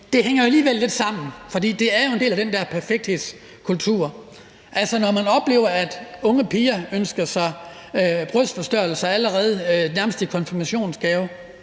det hænger alligevel lidt sammen, for det er jo en del af den der perfekthedskultur. Altså, når man oplever, at unge piger ønsker sig brystforstørrelser nærmest allerede i konfirmationsgave,